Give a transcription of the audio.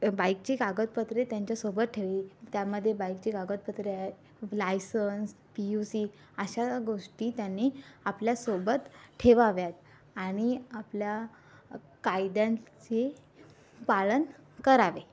बाईकचे कागदपत्रे त्यांच्यासोबत ठेवी त्यामध्ये बाईकचे कागदपत्रे आहे लायसन्स पी यू सी अशा गोष्टी त्यांनी आपल्यासोबत ठेवाव्या आणि आपल्या कायद्यांची पालन करावे